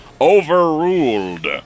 Overruled